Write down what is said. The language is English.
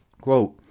quote